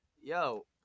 yo